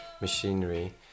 machinery